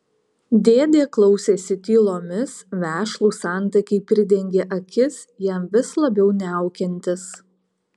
dėdė klausėsi tylomis vešlūs antakiai pridengė akis jam vis labiau niaukiantis